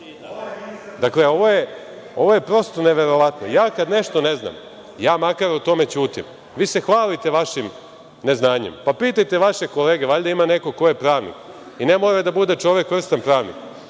ovo je prosto neverovatno. Kada nešto ne znam, ja makar o tome ćutim. Vi se hvalite vašim neznanjem. Pitajte vaše kolege, valjda ima neko ko je pravnik i ne mora da bude čovek vrstan pravnik.